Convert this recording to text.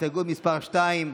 הסתייגות מס' 2,